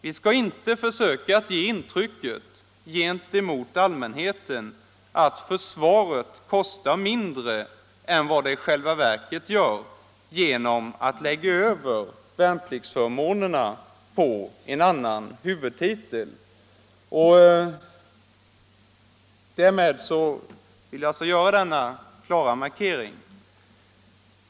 Vi skall inte försöka att gentemot allmänheten ge intrycket att försvaret kostar mindre än vad det i själva verket gör genom att lägga över värnpliktsförmånerna på en annan huvudtitel. Jag har velat göra denna klara markering.